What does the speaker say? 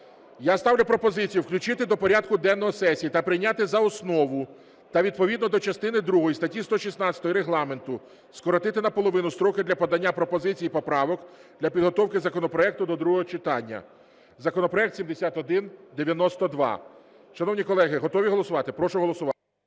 Я ставлю пропозицію включити до порядку денного сесії та прийняти за основу, та відповідно до частини другої статті 116 Регламенту скоротити на половину строки для подання пропозицій і поправок для підготовки законопроекту до другого читання законопроект 7192. Шановні колеги, готові голосувати? Прошу голосувати.